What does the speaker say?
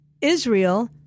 Israel